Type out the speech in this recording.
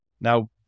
Now